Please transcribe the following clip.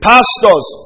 Pastors